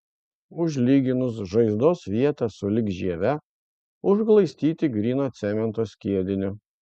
užlyginus žaizdos vietą sulig žieve užglaistyti gryno cemento skiediniu